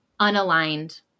unaligned